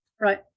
right